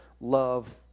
love